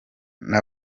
kivugwa